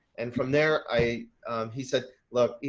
and from there i he said, look,